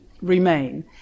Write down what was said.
remain